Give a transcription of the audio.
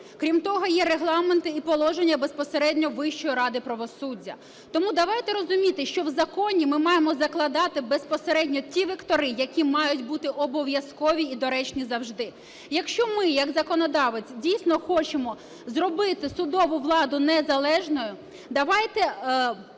Крім того є регламент і положення безпосередньо Вищої ради правосуддя. Тому давайте розуміти, що в законі ми маємо закладати безпосередньо ті вектори, які мають бути обов'язкові і доречні завжди. Якщо ми як законодавець, дійсно, хочемо зробити судову владу незалежною, давайте